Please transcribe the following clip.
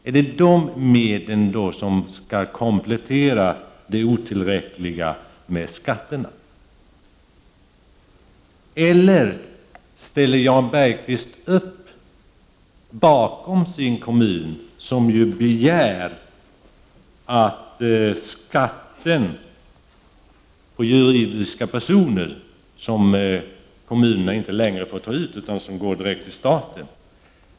Är det dessa medel som skall komplettera skatternas otillräcklighet? Eller ställer Jan Bergqvist upp bakom sin kommuns krav på att kommunerna skall få tillbaka beskattningsrätten i fråga om juridiska personer? Skatten på juridiska personer får ju inte längre tas ut av kommunerna, utan den går nu direkt till staten.